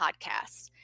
podcasts